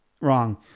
wrong